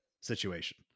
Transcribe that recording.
situation